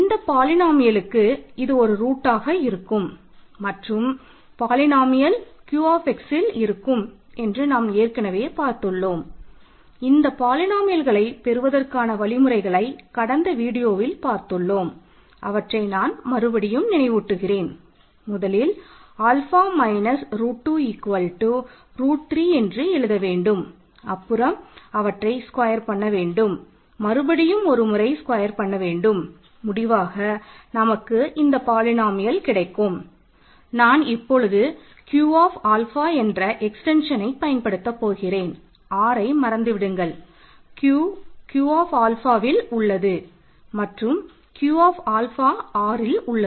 இந்தப் பாலினோமியலுக்கு Rல் உள்ளது